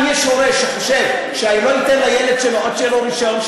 אם יש הורה שחושב שהוא לא ייתן לילד שלו עד שיהיה לו רישיון,